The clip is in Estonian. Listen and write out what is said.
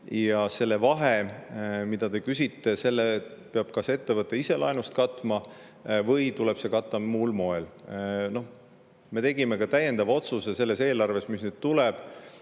Ja selle vahe, mille kohta te küsite, peab kas ettevõte ise laenust katma või tuleb see katta muul moel. Me tegime ka otsuse selles eelarves, mis nüüd